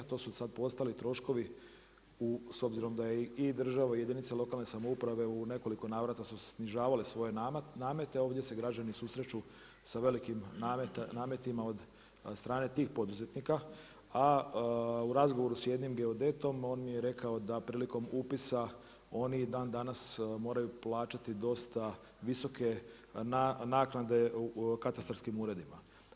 To su sad postali troškovi s obzirom da je i država i jedinice lokalne samouprave u nekoliko navrata su snižavale svoje namete ovdje se građani susreću sa velikim nametima od strane tih poduzetnika, a u razgovoru sa jednim geodetom on mi je rekao da prilikom upisa oni i dan danas moraju plaćati dosta visoke naknade u katastarskim uredima.